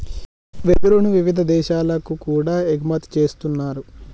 వెదురును వివిధ దేశాలకు కూడా ఎగుమతి చేస్తున్నారు